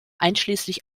einschließlich